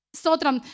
Sotram